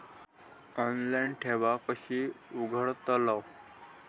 Online ठेव कशी उघडतलाव?